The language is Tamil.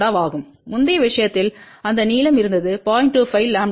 346ʎ ஆகும் முந்தைய விஷயத்தில் அந்த நீளம் இருந்தது 0